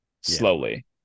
slowly